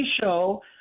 show